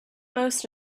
most